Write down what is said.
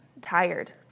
tired